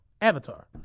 Avatar